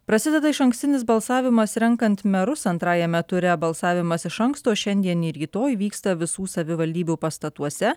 prasideda išankstinis balsavimas renkant merus antrajame ture balsavimas iš anksto šiandien ir rytoj vyksta visų savivaldybių pastatuose